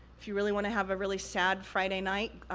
if you really wanna have a really sad friday night,